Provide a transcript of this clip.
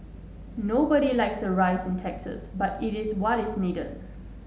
nobody likes a rise in taxes but it is what is needed